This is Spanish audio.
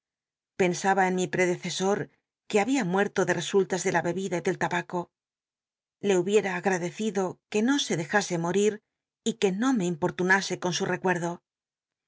aba en mi predecesor que había muerto de resultas de la bebida y del tabaco le hubiera agradecido que no se dejase morir y que no me impot'luna c con su recuerdo